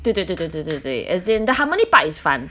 对对对对对对对 as in the harmony part is fun